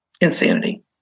insanity